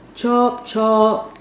chop chop